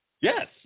Yes